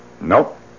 Nope